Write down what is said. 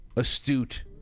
astute